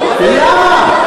למה?